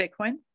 Bitcoin